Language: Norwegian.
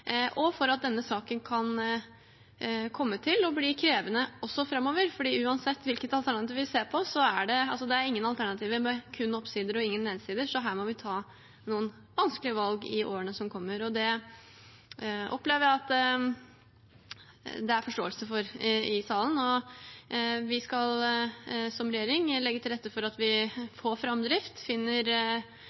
og for at denne saken kan komme til å bli krevende også framover. Uansett hvilket alternativ vi ser på, er det ingen som har kun oppsider og ingen nedsider, så her må vi ta noen vanskelige valg i årene som kommer, og det opplever jeg at det er forståelse for i salen. Vi skal som regjering legge til rette for at vi får framdrift og finner